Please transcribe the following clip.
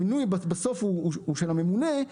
בסוף המינוי הוא של הממונה,